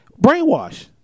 brainwash